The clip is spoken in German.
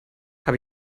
habe